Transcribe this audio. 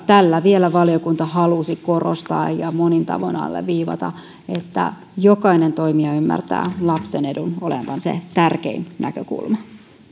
tällä vielä valiokunta halusi korostaa ja ja monin tavoin alleviivata että jokainen toimija ymmärtää lapsen edun olevan se tärkein näkökulma